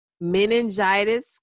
meningitis